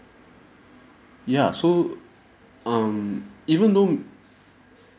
ya so um even though m~